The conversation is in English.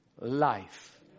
life